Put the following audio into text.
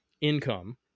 income